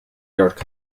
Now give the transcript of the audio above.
york